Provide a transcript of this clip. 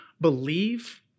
believe